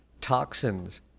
toxins